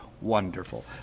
wonderful